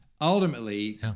ultimately